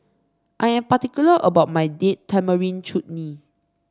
I am particular about my Date Tamarind Chutney